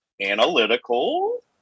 analytical